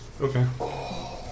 Okay